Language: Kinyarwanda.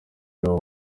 aribo